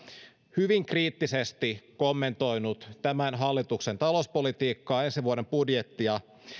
hyvin kriittisesti kommentoinut tämän hallituksen talouspolitiikkaa ensi vuoden budjettia